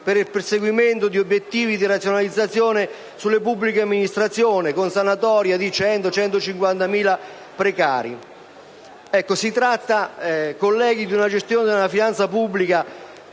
per il perseguimento di obiettivi di razionalizzazione sulle pubbliche amministrazioni, con sanatorie di 100.000-150.000 precari. Si tratta, colleghi, di una gestione della finanza pubblica